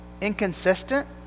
inconsistent